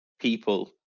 people